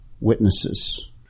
witnesses